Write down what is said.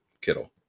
Kittle